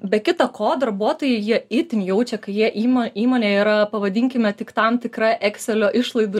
be kita ko darbuotojai jie itin jaučia kai jie ima įmonė yra pavadinkime tik tam tikra ekselio išlaidų